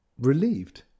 relieved